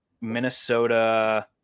Minnesota